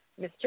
Mr